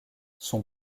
son